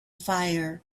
fire